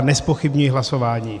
Nezpochybňuji hlasování.